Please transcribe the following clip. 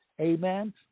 Amen